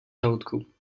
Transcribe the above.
žaludku